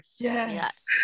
Yes